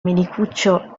menicuccio